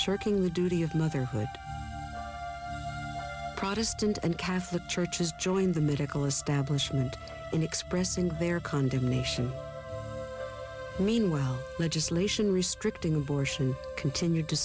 shirking the duty of motherhood protestant and catholic churches joined the medical establishment in expressing their condemnation meanwhile legislation restricting abortion continued to